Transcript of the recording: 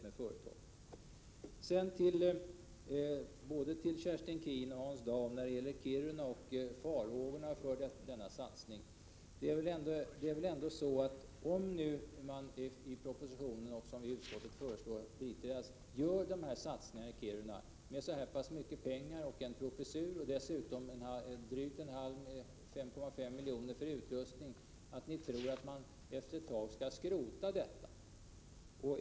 Så vill jag säga något till både Kerstin Keen och Hans Dau om Kiruna och farhågorna för satsningen där. Om man nu, som det föreslås i propositionen och utskottet biträder, gör satsningar i Kiruna med så pass mycket pengar och en professur och dessutom drygt 5,5 milj.kr. för utrustning, hur kan ni då tro att man efter ett tag skall skrota detta?